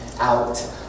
Out